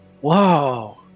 whoa